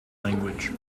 language